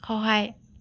সহায়